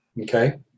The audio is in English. Okay